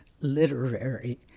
literary